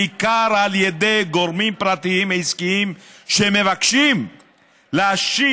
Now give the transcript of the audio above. בעיקר על ידי גורמים פרטיים עסקיים שמבקשים להשית